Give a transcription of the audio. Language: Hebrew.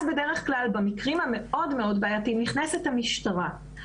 אז, בדרך כלל במקרים המאוד בעייתיים נכנסת המשטרה.